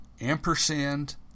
ampersand